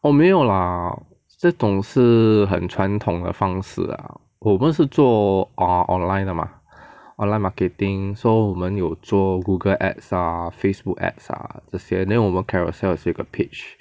orh 没有 lah 这种是很传统的方式 lah 我们是做 err online 的 mah online marketing so 我们有做 Google Ads ah Facebook Ads ah 这些 then 我们 Carousell 也是有一个 page